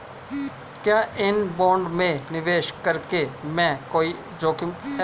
क्या इन बॉन्डों में निवेश करने में कोई जोखिम है?